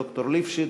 ד"ר ליפשיץ,